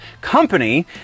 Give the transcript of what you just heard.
company